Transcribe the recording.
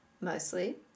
mostly